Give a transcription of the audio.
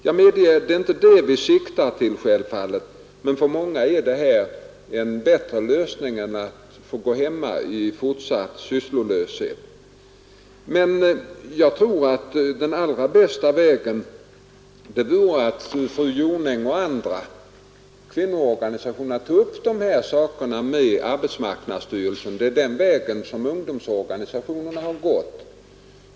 Det är självfallet inte detta vi siktar till — det medger jag — men för många är det här en bättre lösning än att få gå hemma i fortsatt sysslolöshet. Jag tror emellertid att den allra bästa vägen vore att fru Jonäng och andra i kvinnoorganisationerna tog upp de här sakerna med arbetsmarknadsstyrelsen. Det är den vägen som ungdomsorganisationerna har gått.